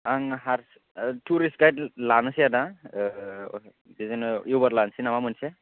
आं हारसि tourist guide लानोसै आदा बिदिनो उबार लासै नामा मोनसे